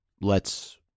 lets